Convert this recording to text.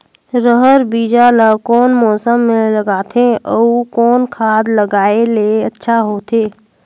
रहर बीजा ला कौन मौसम मे लगाथे अउ कौन खाद लगायेले अच्छा होथे?